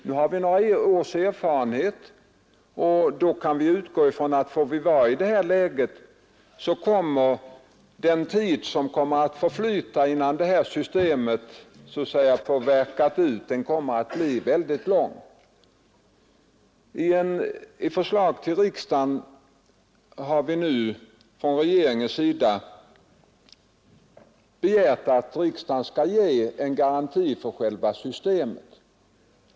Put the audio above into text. Vi har nu några års erfarenhet och kan utgå ifrån att får vi vara i det här läget så kommer den tid, som förflyter innan detta system så att säga får värka ut, att bli mycket lång. I förslag till riksdagen har vi nu från regeringens sida begärt att riksdagen skall ge en garanti för själva systemet.